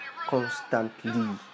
constantly